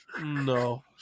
No